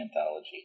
anthology